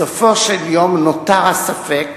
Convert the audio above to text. בסופו של יום נותר הספק